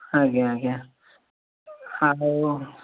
ଆଜ୍ଞା ଆଜ୍ଞା ଆଉ